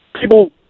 people